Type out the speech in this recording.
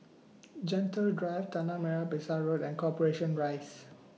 Gentle Drive Tanah Merah Besar Road and Corporation Rise